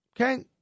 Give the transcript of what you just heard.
Okay